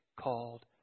called